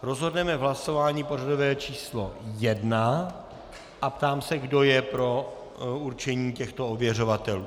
Rozhodneme v hlasování pořadové číslo 1 a ptám se, kdo je pro určení těchto ověřovatelů.